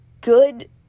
good